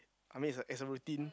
I mean it's a it's a routine